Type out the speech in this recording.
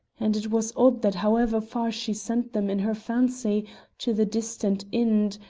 and it was odd that however far she sent them in her fancy to the distant ind,